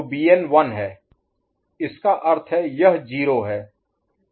तो Bn 1 है इसका अर्थ है यह 0 है